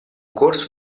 corso